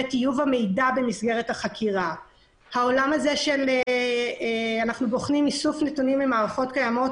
טיוב המידע, בחינת איסוף נתונים ממערכות קיימות